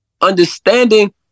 understanding